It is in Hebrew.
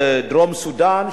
בדרום-סודן,